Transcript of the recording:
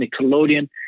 Nickelodeon